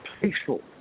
peaceful